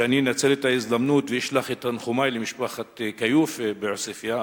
לכך שאני אנצל את ההזדמנות ואשלח את תנחומי למשפחת כיוף בעוספיא,